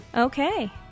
Okay